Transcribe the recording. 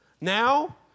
now